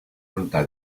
ruta